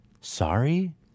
Sorry